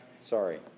sorry